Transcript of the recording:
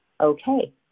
Okay